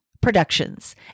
Productions